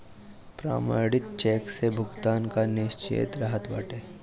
प्रमाणित चेक से भुगतान कअ निश्चितता रहत बाटे